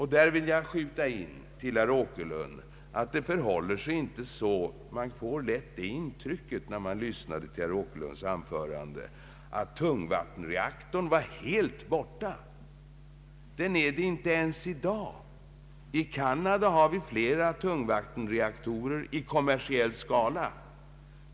Här vill jag skjuta in till herr Åkerlund att det förhåller sig inte så — man får lätt det intrycket av herr Åkerlunds anförande — att tungvattenreaktorn vid den tidpunkten var helt borta ur bilden. Den är det inte än i dag. I Canada har man flera tungvattenreaktorer i kommersiell skala.